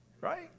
right